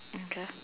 mm K